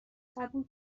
قبول